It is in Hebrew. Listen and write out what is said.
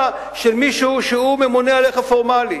של מישהו שהוא ממונה עליך פורמלית.